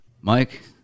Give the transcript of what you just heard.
Mike